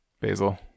Basil